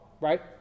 Right